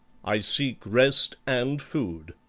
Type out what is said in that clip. i seek rest and food.